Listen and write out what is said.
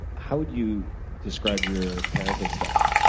how would you describe your parenting style?